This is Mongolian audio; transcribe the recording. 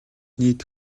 нийт